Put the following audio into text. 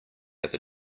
other